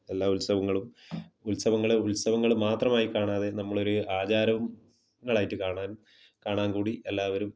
എല്ലാ ഉത്സവങ്ങളും ഉത്സവങ്ങളെ ഉത്സവങ്ങളും മാത്രമായി കാണാതെ നമ്മളൊരു ആചാരവും ങ്ങളായിട്ട് കാണാൻ കാണാൻ കൂടി എല്ലാവരും